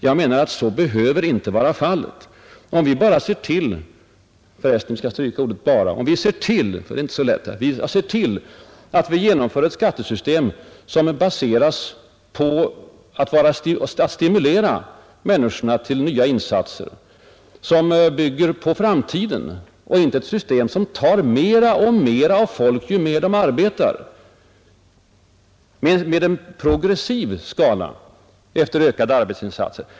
Jag menar att så inte behöver vara fallet om skattesystemet syftar till att stimulera människorna till nya insatser och bygger på framtiden och inte tar mer och mer av folk ju mer de arbetar, och ju mer priserna stiger.